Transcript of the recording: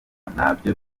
nabyo